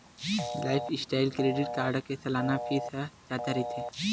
lifestyle credit card के सलाना fees ह जादा रहिथे